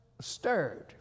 stirred